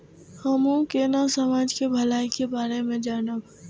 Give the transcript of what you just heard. हमू केना समाज के भलाई के बारे में जानब?